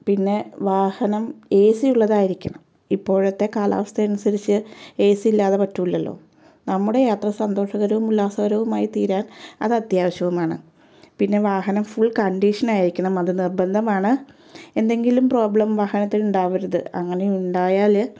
പിന്നെ വാഹനം A C ഉള്ളതായിരിക്കണം ഇപ്പോഴത്തെ കാലാവസ്ഥയനുസരിച്ച് ഏ സി ഇല്ലാതെ പറ്റൂലല്ലോ നമ്മുടെ യാത്ര സന്തോഷകരവും ഉല്ലാസകരവുമായി തീരാൻ അത് അത്യാവശ്യവുമാണ് പിന്നെ വാഹനം ഫുൾ കണ്ടീഷനായിരിക്കണം അത് നിർബന്ധമാണ് എന്തെങ്കിലും പ്രോബ്ലം വാഹനത്തിൽ ഉണ്ടാവരുത് അങ്ങനെ ഉണ്ടായാല്